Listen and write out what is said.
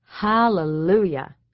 Hallelujah